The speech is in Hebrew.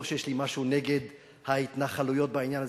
לא שיש לי משהו נגד ההתנחלויות בעניין הזה,